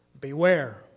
Beware